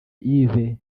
yves